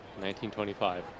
1925